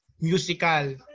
musical